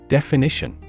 Definition